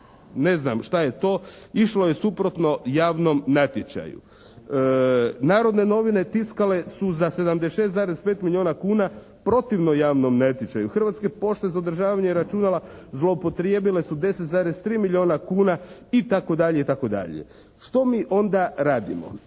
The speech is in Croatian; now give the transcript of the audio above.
ne znam šta je to? Išlo je suprotno javnom natječaju. Narodne novine tiskale su za 76,5 milijuna kuna protivno javnom natječaju. Hrvatske pošte za održavanje računala zloupotrijebile su 10,3 milijuna kuna i tako dalje i